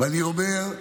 ואני אומר,